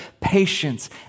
patience